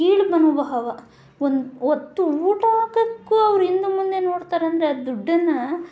ಕೀಳು ಮನೋಭಾವ ಒಂದು ಹೊತ್ತು ಊಟ ಹಾಕಕ್ಕೂ ಅವ್ರು ಹಿಂದೆ ಮುಂದೆ ನೋಡ್ತಾರೆ ಅಂದರೆ ದುಡ್ಡನ್ನು